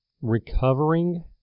recovering